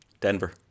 Denver